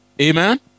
Amen